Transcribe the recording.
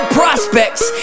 prospects